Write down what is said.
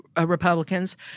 Republicans